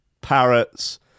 parrots